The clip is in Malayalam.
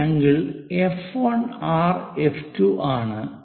ഈ ആംഗിൾ F1 R F2 ആണ്